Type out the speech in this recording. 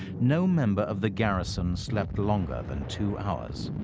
no member of the garrison slept longer than two hours.